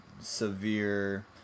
severe